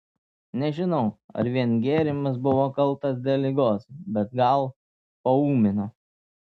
nežinau ar vien gėrimas buvo kaltas dėl ligos bet gal paūmino